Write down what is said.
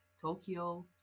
Tokyo